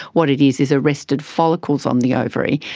what it is is arrested follicles on the ovary,